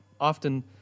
often